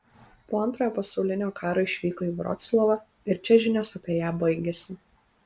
po antrojo pasaulinio karo išvyko į vroclavą ir čia žinios apie ją baigiasi